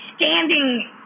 standing